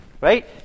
Right